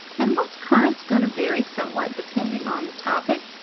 and what's current is going to vary somewhat depending on the topic.